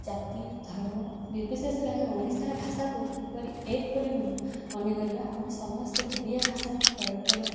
ଜାତି ଧର୍ମ ନିର୍ବିଶେଷରେ ଆମେ ଓଡ଼ିଶାର ଭାଷାକୁ କିପରି ଏକ ବୋଲି ମନେକରିବା ଆମେ ସମସ୍ତେ ଓଡ଼ିଆ ଭାଷାର ପ୍ରୟୋଗ କରିବା